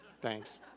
Thanks